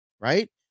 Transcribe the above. Right